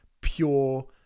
pure